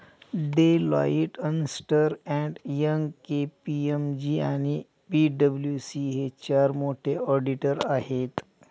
Deloitte, अस्न्टर and Young, KPMG आणि पी.डब्ल्यू.सी हे चार मोठे ऑडिटर आहेत